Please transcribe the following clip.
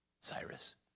Cyrus